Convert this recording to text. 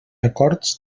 acords